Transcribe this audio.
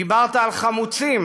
דיברת על חמוצים,